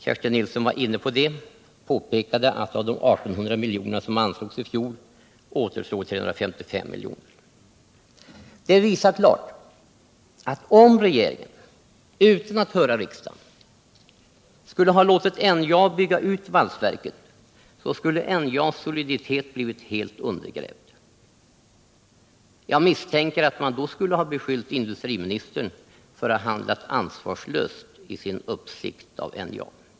Kerstin Nilsson var inne på det och påpekade att av de 1 800 miljoner som anslogs i fjol återstår 355 miljoner. Det visade klart att om regeringen utan att höra riksdagen skulle ha låtit NJA bygga ut valsverket, så skulle NJA:s soliditet blivit helt undergrävd. Jag misstänker att man då skulle ha beskyllt industriministern för att ha handlat ansvarslöst i sin uppsikt av NJA.